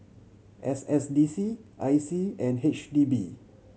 S S D C I C and H D B